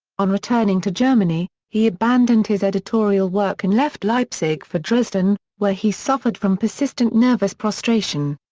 on returning to germany, he abandoned his editorial work and left leipzig for dresden, where he suffered from persistent nervous prostration.